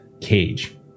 cage